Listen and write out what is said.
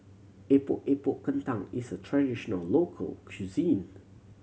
Epok Epok Kentang is a traditional local cuisine